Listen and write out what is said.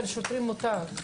כנגד שוטרים זה כאילו מותר.